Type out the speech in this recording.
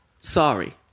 sorry